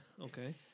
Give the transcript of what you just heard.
Okay